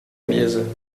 mesa